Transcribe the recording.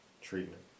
Treatment